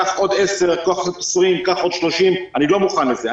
קח עוד 10, קח עוד 20. אני לא מוכן לזה.